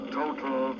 total